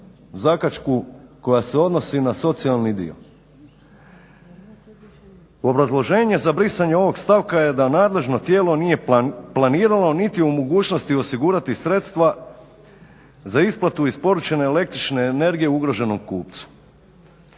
zakačku koja se odnosi na socijalni dio. Obrazloženje za brisanje ovog stavka je da nadležno tijelo nije planiralo niti u mogućnosti osigurati sredstva za isplatu isporučene električne energije ugroženom kupcu.